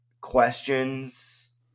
questions